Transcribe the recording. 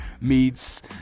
meets